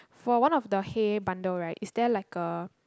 for one of the hay bundle right is there like a